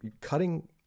cutting